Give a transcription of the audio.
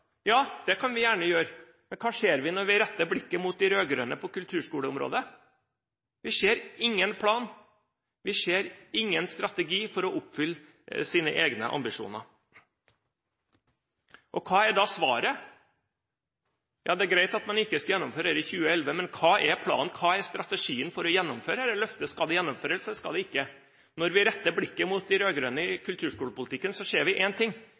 Ja, det kan vi gjerne gjøre, men hva ser vi når vi retter blikket mot de rød-grønne på kulturskoleområdet? Vi ser ingen plan, vi ser ingen strategi for å oppfylle egne ambisjoner. Hva er da svaret? Ja, det er greit at man ikke skal gjennomføre dette i 2011. Men hva er planen? Hva er strategien for å gjennomføre dette løftet? Skal det gjennomføres, eller skal det ikke? Når vi retter blikket mot de rød-grønne i kulturskolepolitikken, ser vi én ting